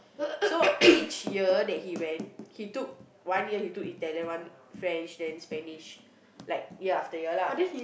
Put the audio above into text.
so each year that he went he took one year he took Italian one French then Spanish like year after ya lah